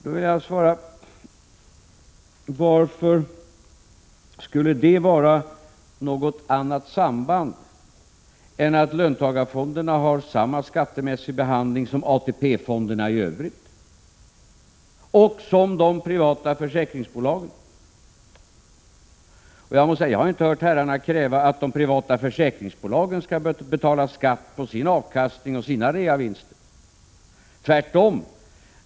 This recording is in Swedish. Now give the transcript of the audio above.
Då vill jag fråga om det finns något annat samband än det att löntagarfonderna fått samma skattemässiga behandling som ATP-fonderna i övrigt och de privata försäkringsbolagen. Jag har inte hört herrarna kräva att de privata försäkringsbolagen skall betala skatt på sin avkastning och sina reavinster, tvärtom.